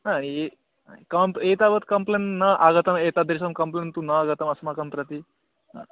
हा कम्प् एतावत् कम्प्लेण्ट् न आगतम् एतादृशं कम्प्लेण्ट् तु नागतमस्माकं प्रति